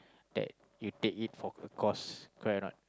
that you take it for a cost correct or not